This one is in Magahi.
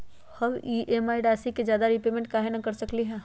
हम ई.एम.आई राशि से ज्यादा रीपेमेंट कहे न कर सकलि ह?